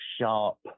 sharp